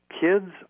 Kids